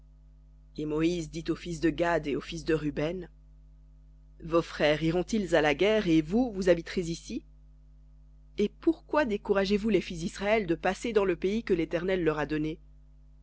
et moïse dit aux fils de gad et aux fils de ruben vos frères iront ils à la guerre et vous vous habiterez ici et pourquoi découragez vous les fils d'israël de passer dans le pays que l'éternel leur a donné